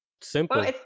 simple